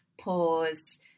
pause